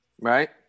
right